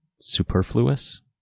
superfluous